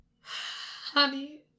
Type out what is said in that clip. Honey